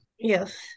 yes